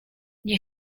nie